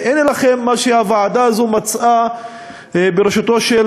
והנה לכם מה שמצאה הוועדה הזאת בראשותו של